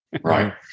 Right